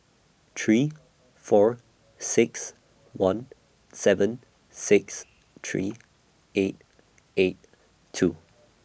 three four six one seven six three eight eight two